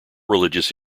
religious